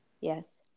Yes